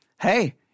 Hey